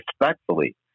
respectfully